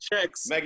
Checks